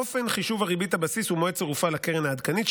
אופן חישוב ריבית הבסיס ומועד צירופה לקרן העדכנית,